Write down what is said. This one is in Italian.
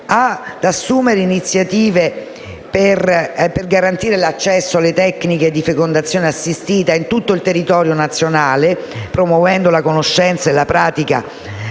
di assumere iniziative per garantire l'accesso alle tecniche di fecondazione assistita in tutto il territorio nazionale, promuovendo la conoscenza e la pratica